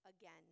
again